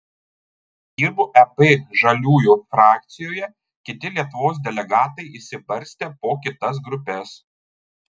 dirbu ep žaliųjų frakcijoje kiti lietuvos delegatai išsibarstę po kitas grupes